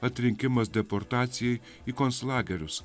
atrinkimas deportacijai į konclagerius